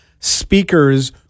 speakers